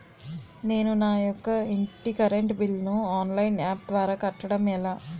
నేను నా యెక్క ఇంటి కరెంట్ బిల్ ను ఆన్లైన్ యాప్ ద్వారా కట్టడం ఎలా?